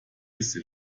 its